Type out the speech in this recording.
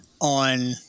on